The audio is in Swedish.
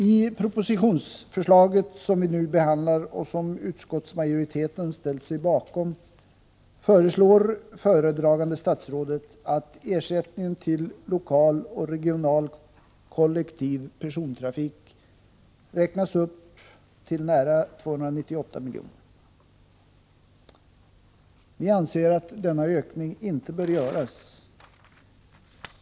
I den proposition som vi nu behandlar och som utskottsmajoriteten ställt sig bakom föreslår föredragande statsrådet att ersättningen till lokal och regional kollektivtrafik skall räknas upp till nära 298 miljoner. Vi anser inte att denna ökning bör komma till stånd.